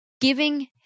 giving